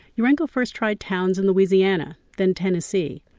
urenco first tried towns in louisiana, then tennessee,